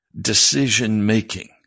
decision-making